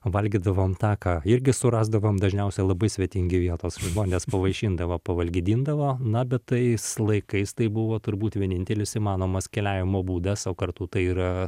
valgydavom tą ką irgi surasdavom dažniausiai labai svetingi vietos žmonės pavaišindavo pavalgydindavo na bet tais laikais tai buvo turbūt vienintelis įmanomas keliavimo būdas o kartu tai ir